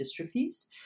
dystrophies